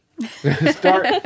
Start